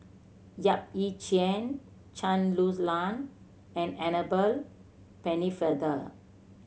Yap Ee Chian Chen Lan and Annabel Pennefather